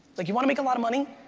like you want to make a lot of money?